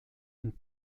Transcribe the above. und